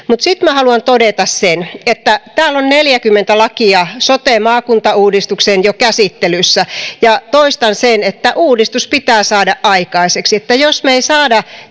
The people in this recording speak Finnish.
mutta sitten minä haluan todeta sen että täällä on neljäkymmentä lakia sote maakuntauudistukseen jo käsittelyssä ja toistan sen että uudistus pitää saada aikaiseksi jos me emme saa